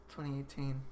2018